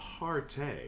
partay